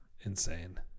Insane